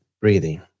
breathing